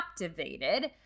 captivated